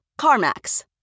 CarMax